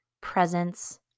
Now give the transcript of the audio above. presence